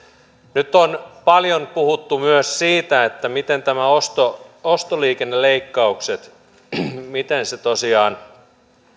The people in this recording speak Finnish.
nyt on paljon puhuttu myös siitä että miten nämä ostoliikenneleikkaukset tosiaan